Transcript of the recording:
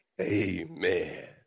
Amen